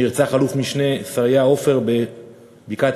נרצח אלוף-משנה שריה עופר בבקעת-הירדן.